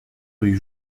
rue